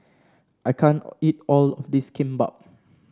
I can't eat all of this Kimbap